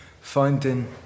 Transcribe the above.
finding